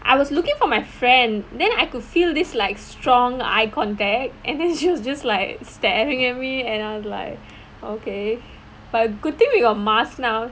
I was looking for my friend then I could feel this like strong eye contact and then she was just like staring at me and I'm like okay but good thing we got mask now